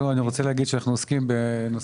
קודם אני רוצה להגיד שאנחנו עוסקים בנושאים